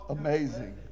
Amazing